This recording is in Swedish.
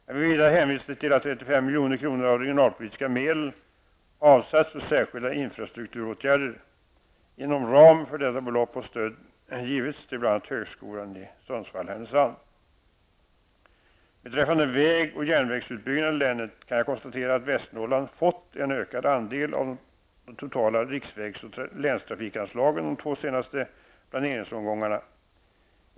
Jag vill vidare hänvisa till att 35 milj.kr. av regionalpolitiska medel avsatts för särskilda infrastrukturåtgärder. Inom ramen för detta belopp har stöd givits till bl.a. högskolan i Sundsvall-- Beträffande väg och järnvägsutbyggnaden i länet kan jag konstatera att Västernorrland fått en ökad andel av de totala riksvägs och länstrafikanslagen de två senaste planeringsomgångarna.